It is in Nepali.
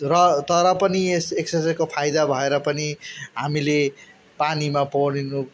र तर पनि यस एक्सर्साइजको फाइदा भएर पनि हामीले पानीमा पौडिनु